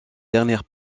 dernière